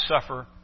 suffer